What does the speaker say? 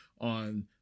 on